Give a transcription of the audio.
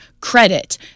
credit